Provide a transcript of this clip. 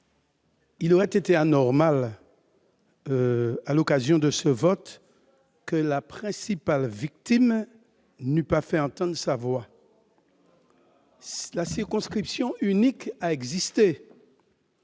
il aurait été anormal, à l'occasion de ce vote, que la principale victime n'eût pas fait entendre sa voix. Si la circonscription unique a existé,